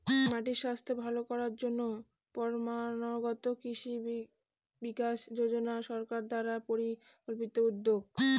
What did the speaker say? মাটির স্বাস্থ্য ভালো করার জন্য পরম্পরাগত কৃষি বিকাশ যোজনা সরকার দ্বারা পরিকল্পিত উদ্যোগ